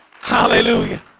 hallelujah